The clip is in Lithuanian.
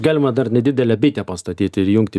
galima dar nedidelę bitę pastatyti ir įjungti